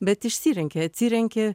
bet išsirenki atsirenki